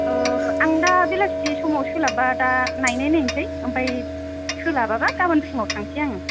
आं दा बेलासि समाव सोलाब्बा दा नायनाय नायनसै आमफ्राय सोलाबाबा गाबोन फुङाव थांसै आङो